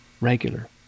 regular